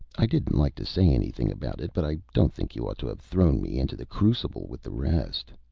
i didn't like to say anything about it, but i don't think you ought to have thrown me into the crucible with the rest.